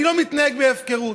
אני לא מתנהג בהפקרות.